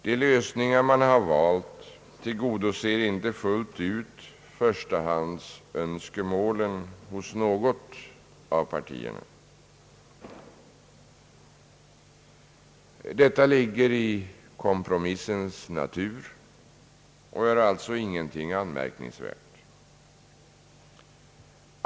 De lösningar man gav tillgodoser inte fullt ut förstahandsönskemålen hos något av partierna. Detta ligger i kompromissens natur och är alltså ingenting anmärkningsvärt.